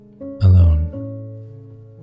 alone